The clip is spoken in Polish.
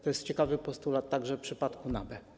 To jest ciekawy postulat także w przypadku NABE.